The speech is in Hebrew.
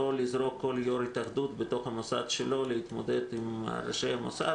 לזרוק כל יושב-ראש התאחדות בתוך המוסד שלו להתמודד עם ראשי המוסד,